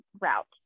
route